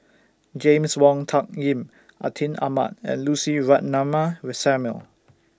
James Wong Tuck Yim Atin Amat and Lucy Ratnammah Samuel